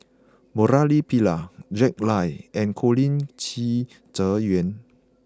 Murali Pillai Jack Lai and Colin Qi Zhe Quan